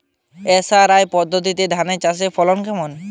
SRI পদ্ধতিতে ধান চাষের ফলন কেমন?